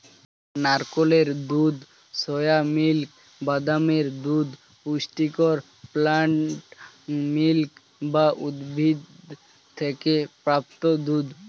নারকেলের দুধ, soy milk, বাদামের দুধ পুষ্টিকর প্লান্ট মিল্ক বা উদ্ভিদ থেকে প্রাপ্ত দুধ